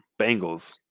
Bengals